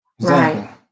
right